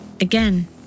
Again